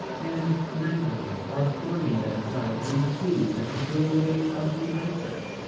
and nightly are forming themselves in cues at the doorways of the isis,